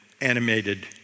animated